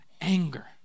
anger